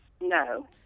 No